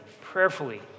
prayerfully